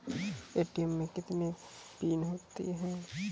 ATM मे कितने PIN होता हैं?